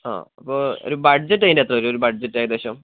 ആ അപ്പോൾ ഒരു ബഡ്ജെറ്റ് അതിൻ്റകത്ത് വരും ഒരു ബഡ്ജെറ്റ് ഏകദേശം